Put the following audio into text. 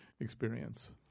experience